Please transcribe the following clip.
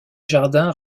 jardins